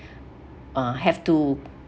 uh have to